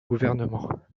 gouvernement